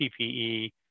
PPE